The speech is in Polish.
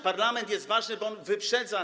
Parlament jest ważny, bo on wyprzedza.